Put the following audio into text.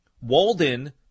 Walden